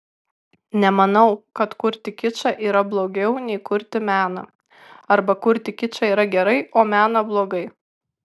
nemanau kad kurti kičą yra blogiau nei kurti meną arba kad kurti kičą yra gerai o meną blogai